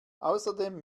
außerdem